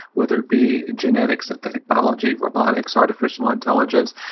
whether it be genetics, synthetic biology, robotics, artificial intelligence,